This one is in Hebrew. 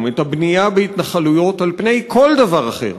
את הבנייה בהתנחלויות על פני כל דבר אחר,